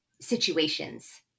situations